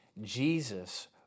Jesus